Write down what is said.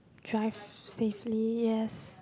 drive safely yes